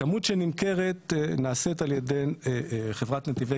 הכמות שנמכרת נעשית על ידי חברת נתיבי